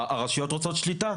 הרשויות רוצות שליטה,